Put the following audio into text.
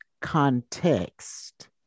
context